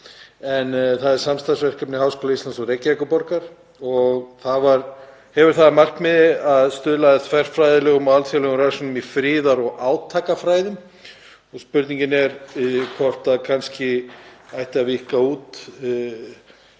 Það er samstarfsverkefni Háskóla Íslands og Reykjavíkurborgar og hefur það að markmiði að stuðla að þverfræðilegum og alþjóðlegum rannsóknum í friðar- og átakafræðum. Spurningin er hvort kannski ætti að víkka